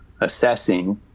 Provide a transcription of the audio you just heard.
assessing